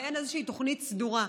ואין איזושהי תוכנית סדורה.